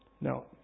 No